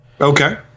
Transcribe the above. Okay